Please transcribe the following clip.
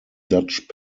dutch